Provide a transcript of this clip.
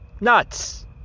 Nuts